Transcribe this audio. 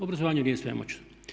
Obrazovanje nije svemoćno.